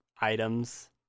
items